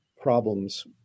problems